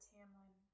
Tamlin